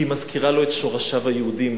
כי היא מזכירה להם את שורשיהם היהודיים,